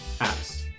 apps